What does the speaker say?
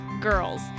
girls